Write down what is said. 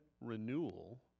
renewal